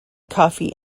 coffee